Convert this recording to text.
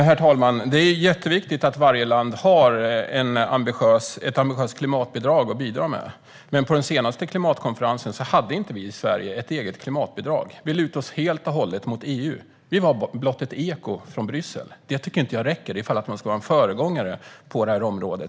Herr talman! Det är jätteviktigt att varje land har ett ambitiöst klimatbidrag, men på den senaste klimatkonferensen hade inte vi i Sverige något eget klimatbidrag. Vi lutade oss helt och hållet mot EU. Vi var blott ett eko från Bryssel. Det tycker inte jag räcker om man ska vara en föregångare på detta område.